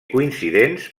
coincidents